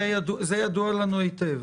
זה ידוע לנו היטב.